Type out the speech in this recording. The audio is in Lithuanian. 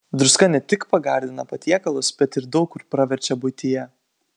druska ne tik pagardina patiekalus bet ir daug kur praverčia buityje